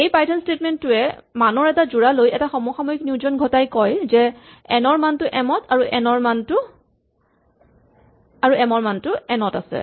এই Python statement টোৱে মানৰ এটা যোৰা লৈ এটা সমসাময়িক নিয়োজন ঘটাই কয় যে এন ৰ মানটো এম ত আৰু এম ৰ মানটো এন ত আছে